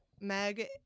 Meg